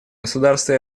государство